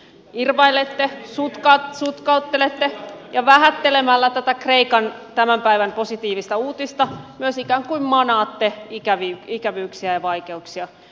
irvailette sutkauttelette ja vähättelemällä tätä kreikan tämän päivän positiivista uutista myös ikään kuin manaatte ikävyyksiä ja vaikeuksia